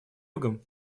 югом